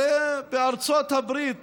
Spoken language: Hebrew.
הרי בארצות הברית